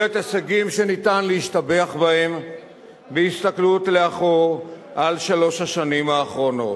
בהחלט הישגים שניתן להשתבח בהם בהסתכלות לאחור על שלוש השנים האחרונות.